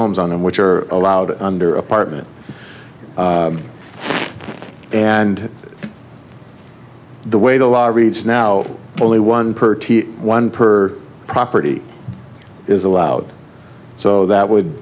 homes on them which are allowed under apartment and the way the law reads now only one per one per property is allowed so that